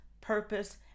Purpose